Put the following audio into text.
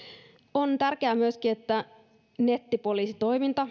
on myöskin tärkeää että nettipoliisitoiminta